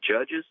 judges